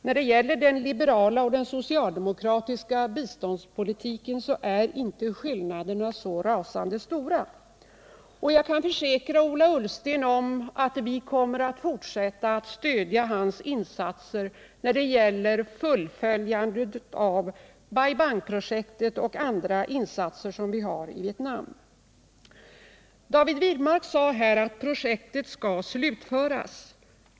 När det gäller den liberala och den socialdemokratiska biståndspolitiken är inte skillnaderna så värst stora. Jag försäkrar Ola Ullsten att vi kommer att fortsätta att stödja hans insatser i fråga om fullföljandet av Bai Bang-projektet och andra insatser i Vietnam. David Wirmark sade att projektet skall slutföras.